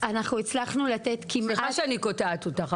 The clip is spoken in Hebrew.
אנחנו הצלחנו לתת כמעט --- סליחה שאני קוטעת אותך.